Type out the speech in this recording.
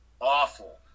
awful